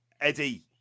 Eddie